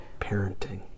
parenting